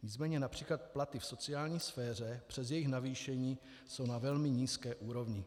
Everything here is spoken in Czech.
Nicméně například platy v sociální sféře přes jejich navýšení jsou na velmi nízké úrovni.